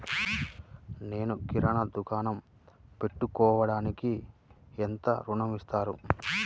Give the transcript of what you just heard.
నేను కిరాణా దుకాణం పెట్టుకోడానికి ఎంత ఋణం ఇస్తారు?